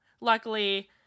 luckily